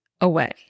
away